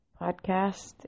podcast